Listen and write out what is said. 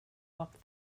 walk